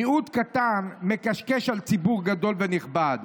מיעוט קטן מקשקש על ציבור גדול ונכבד.